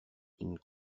une